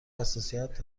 حساسیت